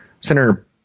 Senator